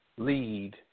lead